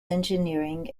engineering